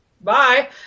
bye